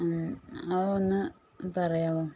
അത് ഒന്ന് പറയാമോ